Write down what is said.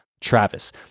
Travis